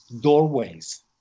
doorways